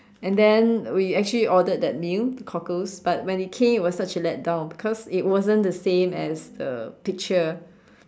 and then we actually ordered that new cockles but when it came was such a let-down because it wasn't the same as the picture